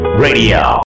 Radio